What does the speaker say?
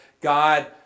God